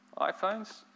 iPhones